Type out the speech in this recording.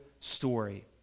story